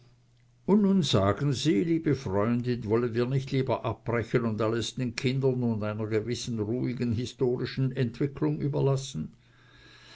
und nun sagen sie liebe freundin wollen wir nicht lieber abbrechen und alles den kindern und einer gewissen ruhigen historischen entwicklung überlassen